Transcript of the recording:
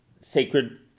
sacred